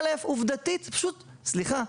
א' עובדתית פשוט סליחה,